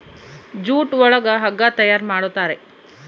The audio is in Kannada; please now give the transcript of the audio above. ಜೂಟ್ ಒಳಗ ಹಗ್ಗ ತಯಾರ್ ಮಾಡುತಾರೆ